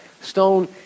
Stone